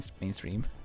mainstream